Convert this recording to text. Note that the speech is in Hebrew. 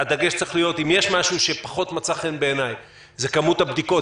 אם יש משהו שפחות מצא חן בעיניי זה כמות הבדיקות.